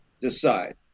decide